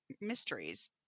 mysteries